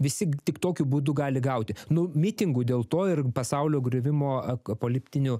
visi tik tokiu būdu gali gauti nu mitingų dėl to ir pasaulio griuvimo ak pokaliptinių